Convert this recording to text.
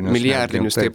milijardinius taip